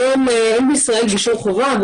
היום אין בישראל גישור חובה.